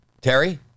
Terry